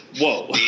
Whoa